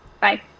Bye